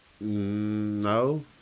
No